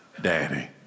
Daddy